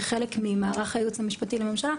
כחלק ממערך הייעוץ המשפטי לממשלה,